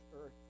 earth